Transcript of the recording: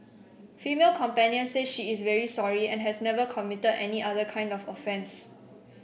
female companion says she is very sorry and has never committed any other kind of offence